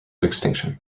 extinction